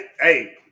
Hey